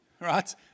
right